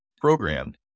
programmed